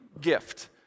gift